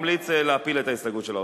אני ממליץ להפיל את ההסתייגות של האוצר.